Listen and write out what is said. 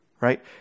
right